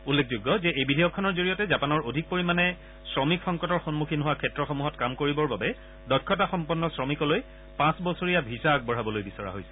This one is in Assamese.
উল্লেখযোগ্য যে এই বিধেয়কখনৰ জৰিয়তে জাপানৰ অধিক পৰিমাণে শ্ৰমিক সংকটৰ সন্মুখীন হোৱা ক্ষেত্ৰসমূহত কাম কৰিবৰ বাবে দক্ষতাসম্পন্ন শ্ৰমিকলৈ পাঁচ বছৰীয়া ভিছা আগবঢ়াবলৈ বিচৰা হৈছে